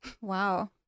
Wow